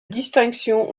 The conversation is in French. distinction